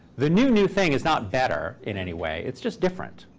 the new, new thing is not better in any way. it's just different.